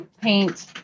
paint